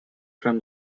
from